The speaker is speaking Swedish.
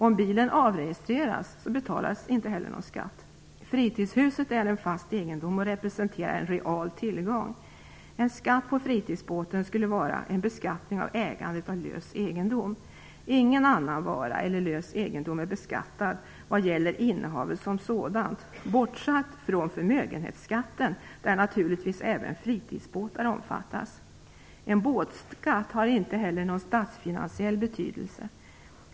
Om bilen avregistreras betalas inte heller någon skatt. Fritidshuset är en fast egendom och representerar en real tillgång. En skatt på fritidsbåten skulle vara en beskattning av ägandet av lös egendom. Ingen annan vara eller lös egendom är beskattad vad gäller innehavet som sådant, bortsett från förmögenhetsskatten, som naturligtvis också omfattar fritidsbåtar. En båtskatt har inte heller någon statsfinansiell betydelse.